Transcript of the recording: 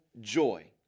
joy